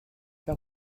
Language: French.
pas